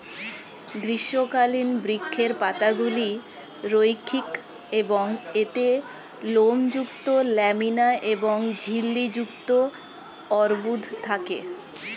গ্রীষ্মকালীন বৃক্ষের পাতাগুলি রৈখিক এবং এতে লোমযুক্ত ল্যামিনা এবং ঝিল্লি যুক্ত অর্বুদ থাকে